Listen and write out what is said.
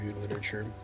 literature